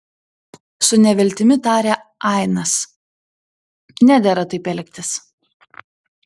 su neviltimi tarė ainas nedera taip elgtis